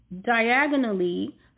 diagonally